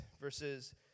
verses